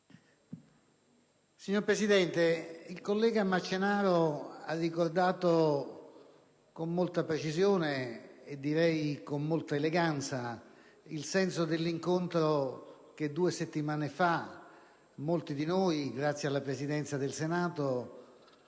Signora Presidente, il collega Marcenaro ha ricordato, con molta precisione e con molta eleganza, il senso dell'incontro che due settimane fa molti di noi, grazie alla Presidenza del Senato,